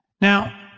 Now